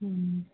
హ